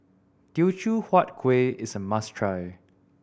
Teochew Huat Kuih is a must try